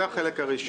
זה החלק הראשון.